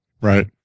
Right